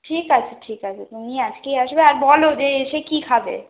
ঠিক আছে ঠিক আছে তুমি আজকেই আসবে আর বলো যে এসে কি খাবে